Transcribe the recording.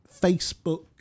Facebook